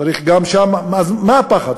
אז מה הפחד,